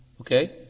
Okay